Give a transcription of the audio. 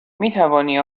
میتوانی